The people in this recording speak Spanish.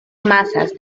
masas